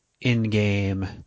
in-game